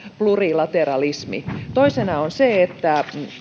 plurilateralismi toisena on se että